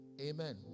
Amen